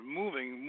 moving